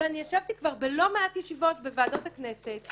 אני ישבתי כבר בלא מעט ישיבות בוועדות הכנסת,